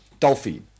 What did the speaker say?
Dolphy